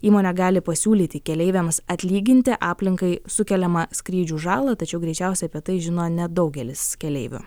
įmonė gali pasiūlyti keleiviams atlyginti aplinkai sukeliamą skrydžių žalą tačiau greičiausiai apie tai žino nedaugelis keleivių